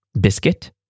biscuit